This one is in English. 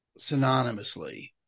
synonymously